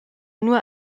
nur